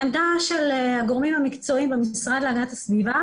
העמדה של הגורמים המקצועיים במשרד להגנת הסביבה